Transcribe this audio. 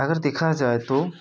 अगर देखा जाए तो